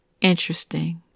Interesting